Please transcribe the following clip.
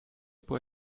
può